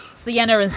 sienna. and